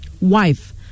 Wife